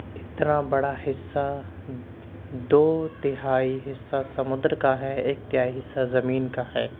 اتنا بڑا حصہ دو تہائی حصہ سمندر کا ہے ایک تہائی حصہ زمین کا ہے